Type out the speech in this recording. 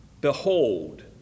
behold